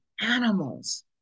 animals